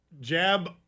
jab